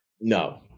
No